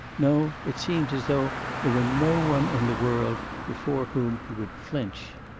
no. it seems as though there were no one in the world before whom he would flinch.